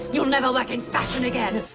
you'll never work in fashion again!